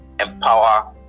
empower